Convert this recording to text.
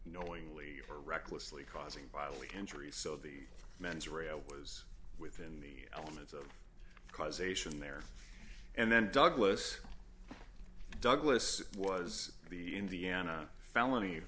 knowingly or recklessly causing bodily injury so the mens rea i was within the elements of causation there and then douglas douglas was the indiana felony